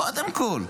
קודם כול.